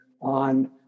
on